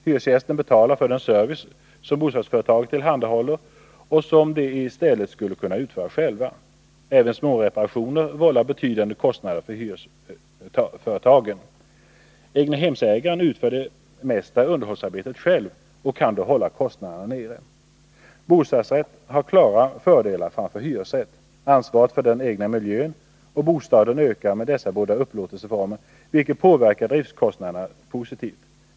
Hyresgästerna betalar för den service som bostadsföretaget tillhandahåller och som de i stället skulle kunna utföra själva. Även småreparationer vållar betydande kostnader för hyresföretagen. Egnahemsägaren utför det mesta underhållsarbetet själv och kan då hålla kostnaderna nere. Bostadsrätt har klara fördelar framför hyresrätt. Ansvaret för den egna miljön och bostaden ökar med denna upplåtelseform, vilket påverkar driftkostnaderna positivt.